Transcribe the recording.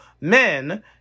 men